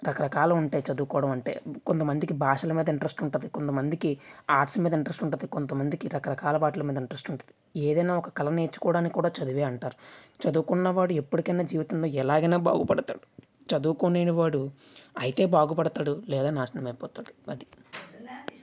రకరకాలు ఉంటాయి చదువుకోవడం అంటే కొంతమందికి భాషల మీద ఇంట్రెస్ట్ ఉంటుంది కొంతమందికి ఆర్ట్స్ మీద ఇంట్రెస్ట్ ఉంటుంది కొంతమందికి రకరకాల వాటిల మీద ఇంట్రెస్ట్ ఉంటుంది ఏదైనా ఒక కళ నేర్చుకోవడానికి కూడా చదివే అంటారు చదువుకున్నవాడు ఎప్పటికైనా జీవితంలో ఎలాగైనా బాగుపడుతాడు చదువుకోలేనివాడు అయితే బాగుపడతాడు లేదా నాశనం అయిపోతాడు అది